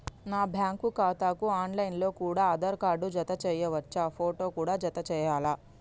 నా బ్యాంకు ఖాతాకు online లో కూడా ఆధార్ కార్డు జత చేయవచ్చా ఫోటో కూడా జత చేయాలా?